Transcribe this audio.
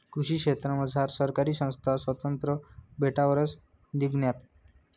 कृषी क्षेत्रमझार सहकारी संस्था स्वातंत्र्य भेटावरच निंघण्यात